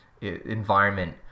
environment